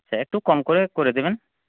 আচ্ছা একটু কম করে করে দেবেন